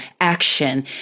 action